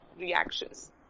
reactions